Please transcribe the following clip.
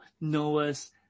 Noah's